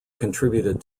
contributed